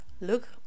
Look